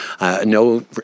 no